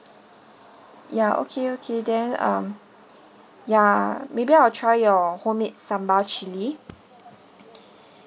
yeah okay okay then um yeah maybe I'll try your homemade sambal chili